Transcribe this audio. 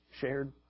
shared